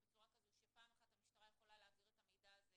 כדי שפעם אחת המשטרה תוכל להעביר את המידע הזה